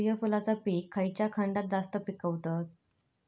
सूर्यफूलाचा पीक खयच्या खंडात जास्त पिकवतत?